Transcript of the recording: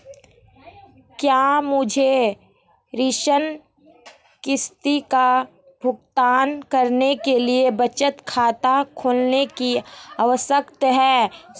क्या मुझे ऋण किश्त का भुगतान करने के लिए बचत खाता खोलने की आवश्यकता है?